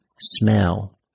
smell